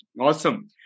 Awesome